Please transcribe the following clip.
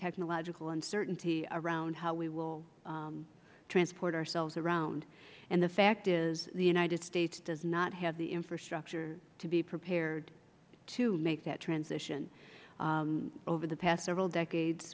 technological uncertainty around how we will transport ourselves around and the fact is the united states does not have the infrastructure to be prepared to make that transition over the past several decades